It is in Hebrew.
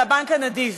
על הבנק הנדיב.